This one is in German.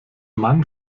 mann